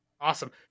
Awesome